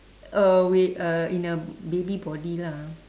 uh we uh in a baby body lah